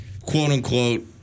quote-unquote